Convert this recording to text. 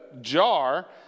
jar